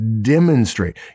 demonstrate